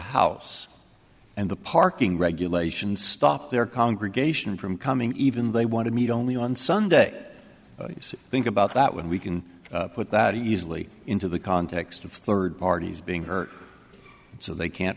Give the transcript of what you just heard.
house and the parking regulations stop their congregation from coming even they want to meet only on sunday think about that when we can put that easily into the context of third parties being hurt so they can't